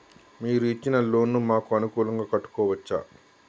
మీరు ఇచ్చిన లోన్ ను మాకు అనుకూలంగా కట్టుకోవచ్చా?